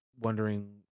wondering